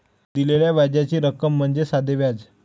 दिलेल्या व्याजाची रक्कम म्हणजे साधे व्याज